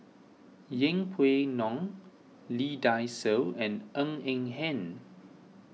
Yeng Pway Ngon Lee Dai Soh and Ng Eng Hen